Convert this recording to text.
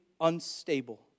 unstable